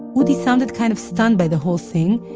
udi sounded kind of stunned by the whole thing,